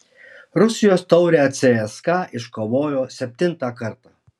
rusijos taurę cska iškovojo septintą kartą